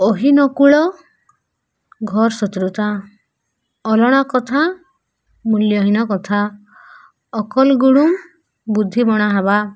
ଅହିନକୂଳ ଘର ଶତ୍ରୁତା ଅଲଣା କଥା ମୂଲ୍ୟହୀନ କଥା ଅକଲ ଗୁଡ଼ୁମ୍ ବୁଦ୍ଧି ବଣା ହେବା